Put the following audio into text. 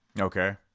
Okay